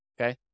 okay